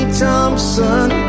Thompson